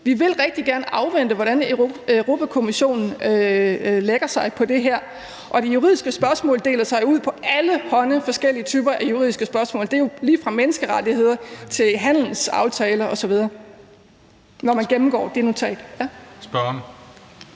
Vi vil rigtig gerne afvente, hvor Europa-Kommissionen lægger sig i det her spørgsmål. Det juridiske spørgsmål deler sig ud i allehånde forskellige typer af juridiske spørgsmål – det er jo lige fra menneskerettigheder til handelsaftaler osv., når man gennemgår det notat.